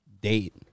date